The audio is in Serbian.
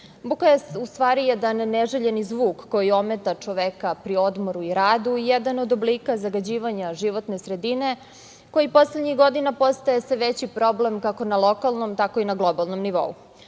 je u stvari jedan neželjeni zvuk koji ometa čoveka pri odmoru i radu, jedan od oblika zagađivanja životne sredine, koji poslednjih godina postaje sve veći problem, kako na lokalnom tako i na globalnom nivou.